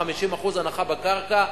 ב-50% הנחה בקרקע,